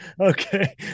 Okay